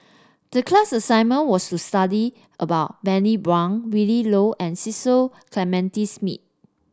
the class assignment was to study about Bani Buang Willin Low and Cecil Clementi Smith